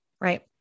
Right